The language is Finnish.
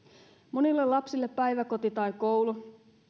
monille lapsille päiväkoti tai koulu